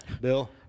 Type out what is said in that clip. Bill